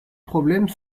problème